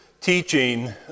teaching